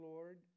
Lord